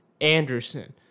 Anderson